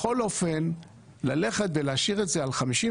בכל אופן, ללכת ולהשאיר את זה על 52